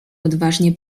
odważnie